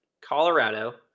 Colorado